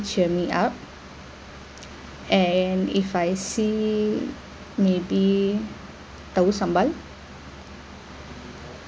cheer me up and if I see maybe taufu sambal